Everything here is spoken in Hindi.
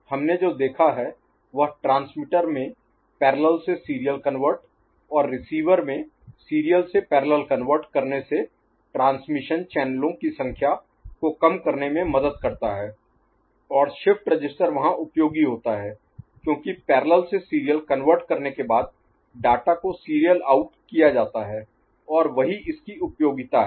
हमने जो देखा है वह ट्रांसमीटर में पैरेलल से सीरियल कन्वर्ट और रिसीवर में सीरियल से पैरेलल कन्वर्ट करने से ट्रांसमिशन Transmission प्रसारण चैनलों की संख्या को कम करने में मदद करता है और शिफ्ट रजिस्टर वहां उपयोगी होता है क्योंकि पैरेलल से सीरियल कन्वर्ट करने के बाद डाटा को सीरियल आउट किया जाता है और वही इसकी उपयोगिता है